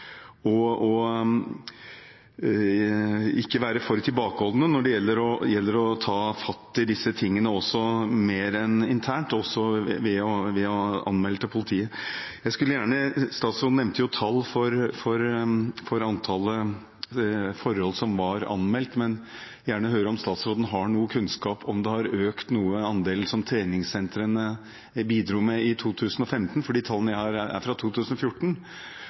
og ikke være for tilbakeholdne når det gjelder å ta fatt i disse tingene internt, men også ved å anmelde til politiet. Statsråden nevnte antallet forhold som var anmeldt, men jeg vil gjerne høre om statsråden har noen kunnskap om hvorvidt andelen anmeldelser treningssentrene bidro med i 2015, har økt – for de tallene jeg har, er fra 2014